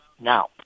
now